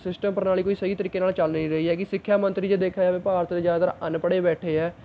system ਪ੍ਰਣਾਲੀ ਕੋਈ ਸਹੀ ਤਰੀਕੇ ਨਾਲ ਚੱਲ ਨਹੀਂ ਰਹੀ ਹੈਗੀ ਸਿੱਖਿਆ ਮੰਤਰੀ ਜੇ ਦੇਖਿਆ ਜਾਵੇ ਭਾਰਤ ਦੇ ਜ਼ਿਆਦਾਤਰ ਅਨਪੜ੍ਹੇ ਬੈਠੇ ਹੈ